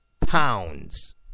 pounds